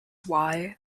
why